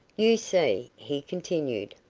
you see, he continued,